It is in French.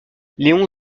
léon